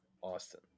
Austin